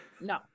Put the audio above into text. No